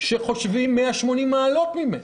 שחושבים 180 מעלות ממני,